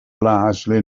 largely